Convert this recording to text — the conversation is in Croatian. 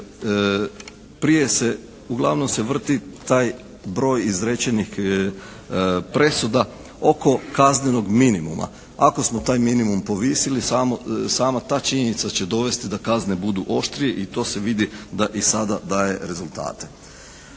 uglavnom se vrti taj broj izrečenih presuda oko kaznenog minimuma. Ako smo taj minimum povisili sama ta činjenica će dovesti da kazne budu oštrije i to se vidi da i sada daje rezultate.